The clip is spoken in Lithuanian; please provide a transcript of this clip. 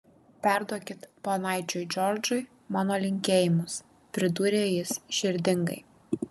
perduokit ponaičiui džordžui mano linkėjimus pridūrė jis širdingai